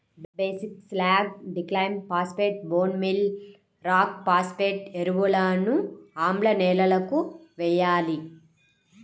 basic slag, డిక్లైమ్ phosphate, bone meal rock phosphate ఎరువులను ఆమ్ల నేలలకు వేయాలి